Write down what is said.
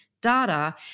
data